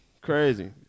Crazy